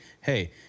Hey